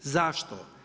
Zašto?